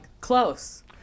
close